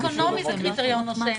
גם מצב סוציו-אקונומי הוא קריטריון נושם,